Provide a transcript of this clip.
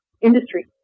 industry